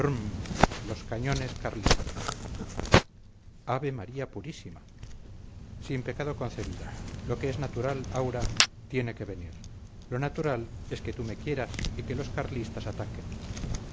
los cañones carlistas ave maría purísima sin pecado concebida lo que es natural aura tiene que venir lo natural es que tú me quieras y que los carlistas ataquen